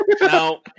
No